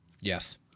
Yes